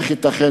איך ייתכן,